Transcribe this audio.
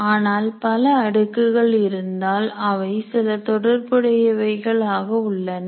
ஆனால் பல அடுக்குகள் இருந்தால் அவை சில தொடர்புடையவைகள் ஆக உள்ளன